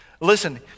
Listen